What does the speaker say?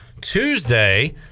Tuesday